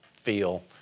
feel